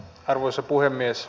arvoisa puhemies